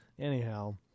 Anyhow